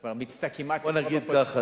כבר מיצתה כמעט את רוב בא נגיד ככה,